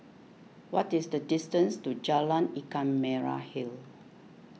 what is the distance to Jalan Ikan Merah Hill